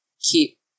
keep